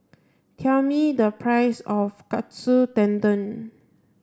tell me the price of Katsu Tendon